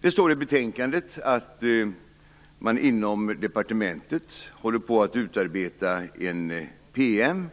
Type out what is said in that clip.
Det står i betänkandet att man inom departementet håller på att utarbeta en PM.